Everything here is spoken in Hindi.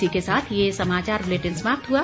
इसके साथ ये समाचार बुलेटिन समाप्त हुआ